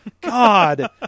God